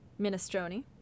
Minestrone